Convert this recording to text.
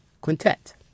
quintet